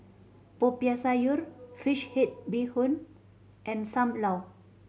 Popiah Sayur fish head bee hoon and Sam Lau